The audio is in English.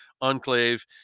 enclave